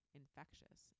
infectious